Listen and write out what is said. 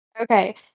Okay